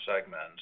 segments